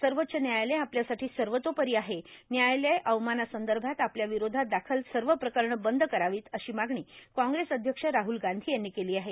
सर्वाच्च न्यायालय आपल्यासाठी सवतोपरी आहे न्यायालय अवमाना संदभात आपल्या विरोधात दाखल सव प्रकरणं बंद करावीत अशी मागणी काँग्रेस अध्यक्ष राहल गांधी यांनी केली आहे